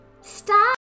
Stop